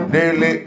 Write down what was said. Daily